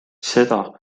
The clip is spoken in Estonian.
seda